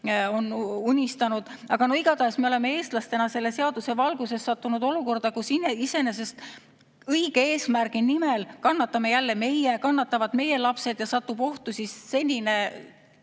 on unistanud. Igatahes oleme me eestlastena selle seaduse valguses sattunud olukorda, kus iseenesest õige eesmärgi nimel [tehtu pärast] kannatame jälle meie, kannatavad meie lapsed ja satub ohtu senine